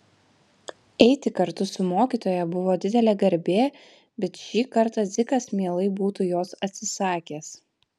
eiti kartu su mokytoja buvo didelė garbė bet šį kartą dzikas mielai būtų jos atsisakęs